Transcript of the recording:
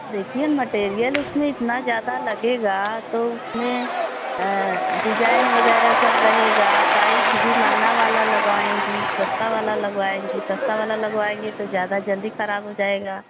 देखिए मटेरीयल उसमें इतना ज़्यादा लगेगा तो उसमें डिजाइन वगैरह सब रहेगा टाइल्स भी महँगा वाला लगाएँगी सस्ता वाला लगावाएँगी सस्ता वाला लगवाएँगी तो ज़्यादा जल्दी खराब हो जाएगा